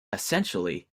essentially